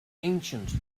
ancient